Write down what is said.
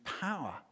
power